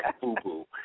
boo-boo